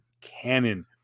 canon